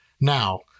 Now